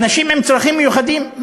אנשים עם צרכים מיוחדים,